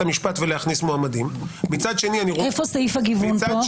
המשפט ולהכניס מועמדים -- איפה סעיף הגיוון פה,